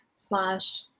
slash